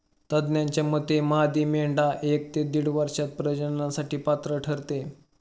तज्ज्ञांच्या मते मादी मेंढी एक ते दीड वर्षात प्रजननासाठी पात्र ठरते